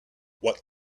what